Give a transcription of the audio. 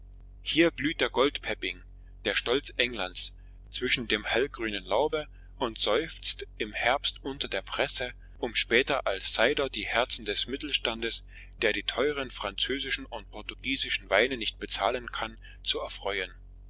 hier glüht der goldpepping fußnote goldreinette apfelsorte der stolz englands zwischen dem hellgrünen laube und seufzt im herbst unter der presse um später als cider fußnote apfelwein most die herzen des mittelstandes der die teuren französischen und portugiesischen weine nicht bezahlen kann zu erfreuen